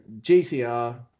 GTR